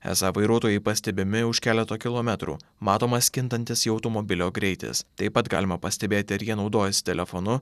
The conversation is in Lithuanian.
esą vairuotojai pastebimi už keleto kilometrų matomas kintantis jų automobilio greitis taip pat galima pastebėti ar jie naudojasi telefonu